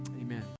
amen